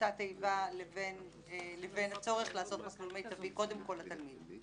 אותה לבין הצורך לעשות מסלול מיטבי קודם כל לתלמיד.